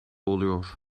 oluyor